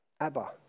Abba